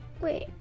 Wait